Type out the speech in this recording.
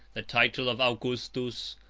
the title of augustus,